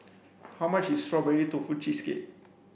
how much is strawberry tofu cheesecake